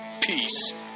peace